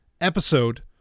episode